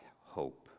hope